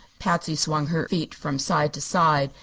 patsy swung her feet from side to side,